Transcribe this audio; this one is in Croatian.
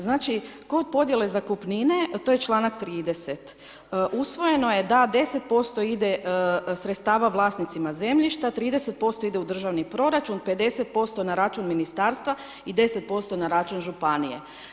Znači kod podjele zakupnine, to je članak 30., usvojeno je da 10% sredstava vlasnicima zemljišta, 30% ide u državni proračun, 50% na račun ministarstva i 10% na račun županije.